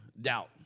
Doubt